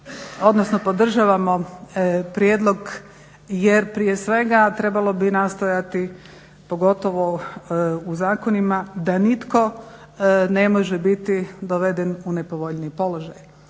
odnosno podržavamo Prijedlog jer prije svega trebalo bi nastojati pogotovo u zakonima da nitko ne može biti doveden u nepovoljniji položaj.